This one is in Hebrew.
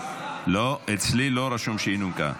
--- לא, אצלי לא רשום שהיא נומקה.